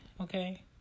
okay